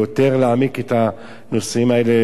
יותר להעמיק את הנושאים האלה,